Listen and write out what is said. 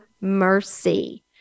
mercy